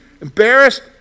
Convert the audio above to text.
Embarrassed